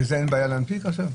וזה אין בעיה להנפיק עכשיו?